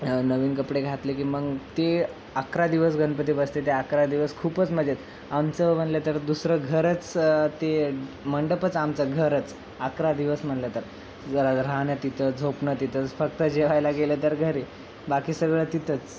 नवीन कपडे घातले की मग ते अकरा दिवस गणपती बसते ते अकरा दिवस खूपच मजेत आमचं म्हणलं तर दुसरं घरच ते मंडपचं आमचं घरच अकरा दिवस म्हणलं तर जरा राहणं तिथं झोपण तिथंच फक्त जेवायला गेलं तर घरी बाकी सगळं तथंच